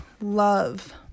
love